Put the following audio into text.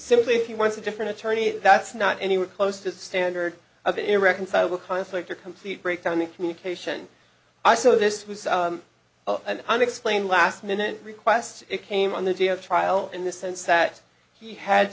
simply if he wants a different attorney that's not anywhere close to the standard of irreconcilable conflict or complete breakdown in communication i saw this was an unexplained last minute request it came on the day of trial in the sense that he had